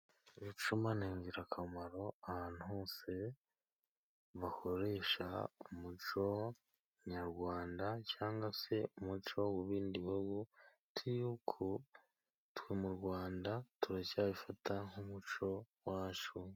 Ibicuma ni ingirakamaro ahantu hose bakoresha umuco Nyarwanda cyangwa se umuco w'ibindi bihugu, uretse yuko twe mu Rwanda turacyabifata nk'umuco wacu.